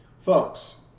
Folks